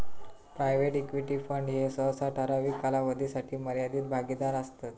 private equity fund ह्ये सहसा ठराविक कालावधीसाठी मर्यादित भागीदारीत असतत